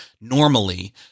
normally